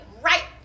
right